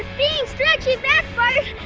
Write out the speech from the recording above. being stretchy backfired,